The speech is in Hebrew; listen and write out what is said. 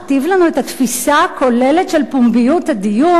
לנו את התפיסה הכוללת של פומביות הדיון,